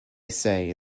say